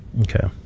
Okay